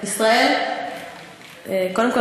למה אני שואל על ישראל ואת עונה על פלסטינים?